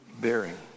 bearing